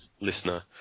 listener